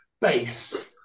base